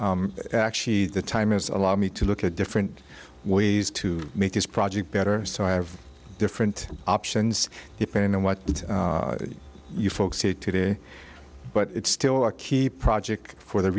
meantime actually the time is a lot me to look at different ways to make this project better so i have different options depending on what you folks see today but it's still a key project for the